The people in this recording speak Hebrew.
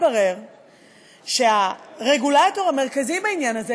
התברר שהרגולטור המרכזי בעניין הזה,